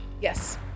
Yes